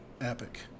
epic